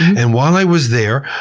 and while i was there,